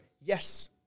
Yes